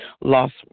lost